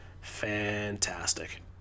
fantastic